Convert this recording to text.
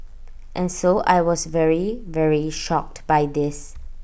and so I was very very shocked by this